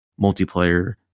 multiplayer